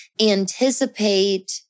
anticipate